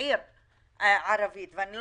לעולם לא